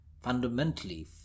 fundamentally